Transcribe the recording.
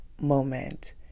moment